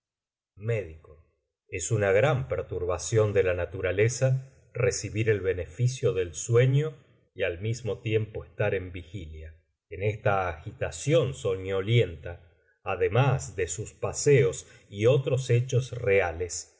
méd es una gran perturbación de la naturaleza recibir el beneficio del sueño y al mismo tiempo estar en vigilia en esta agitación soñolienta además de sus paseos y otros hechos reales